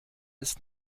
ist